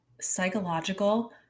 psychological